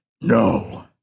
No